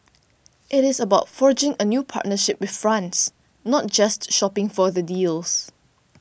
it is about forging a new partnership with France not just shopping for the deals